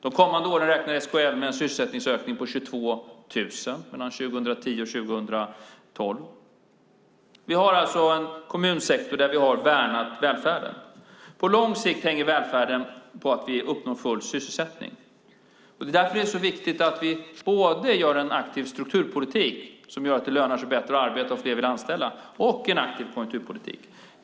De kommande åren, mellan 2010 och 2012, räknar SKL med en sysselsättningsökning på 22 000. Vi har alltså en kommunsektor där vi har värnat välfärden. På lång sikt hänger välfärden på att vi uppnår full sysselsättning. Det är därför det är så viktigt att vi har både en aktiv strukturpolitik, som gör att det lönar sig bättre att arbeta och att fler vill anställa, och en aktiv konjunkturpolitik.